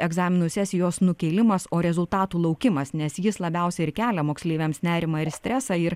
egzaminų sesijos nukėlimas o rezultatų laukimas nes jis labiausiai ir kelia moksleiviams nerimą ir stresą ir